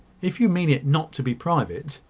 if you mean it not to be private,